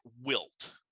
wilt